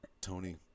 Tony